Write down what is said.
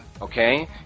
okay